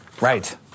Right